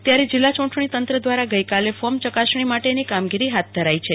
ત્યારે જિલ્લા ચટણી તંત્ર દવારા ગઈકાલે ફોર્મ ચકાસણી માટેની કામગીરી હાથ ધરાઈ છે